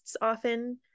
often